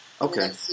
Okay